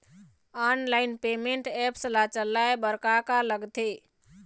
Online payment apps ला चलाए बार का का लगथे?